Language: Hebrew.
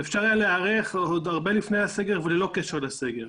ואפשר היה להיערך עוד הרבה לפני הסגר וללא קשר לסגר.